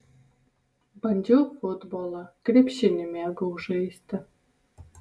bandžiau futbolą krepšinį mėgau žaisti